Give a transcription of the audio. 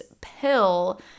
pill